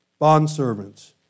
Bondservants